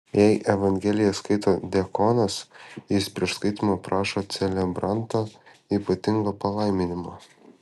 jei evangeliją skaito diakonas jis prieš skaitymą prašo celebrantą ypatingo palaiminimo